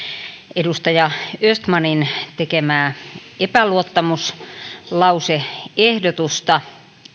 edustaja östmanin tekemää epäluottamuslause ehdotusta